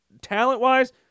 Talent-wise